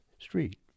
street